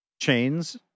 chains